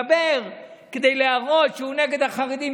הוא מדבר כדי להראות שהוא נגד החרדים,